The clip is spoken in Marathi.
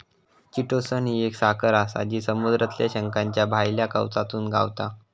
चिटोसन ही एक साखर आसा जी समुद्रातल्या शंखाच्या भायल्या कवचातसून गावता